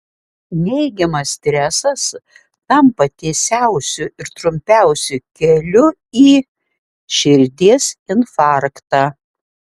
neigiamas stresas tampa tiesiausiu ir trumpiausiu keliu į širdies infarktą